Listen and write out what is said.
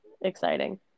exciting